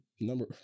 number